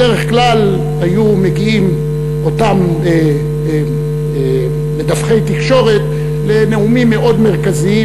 בדרך כלל היו מגיעים אותם מדווחי תקשורת לנאומים מאוד מרכזיים.